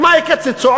ומה יקצצו?